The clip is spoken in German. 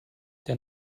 der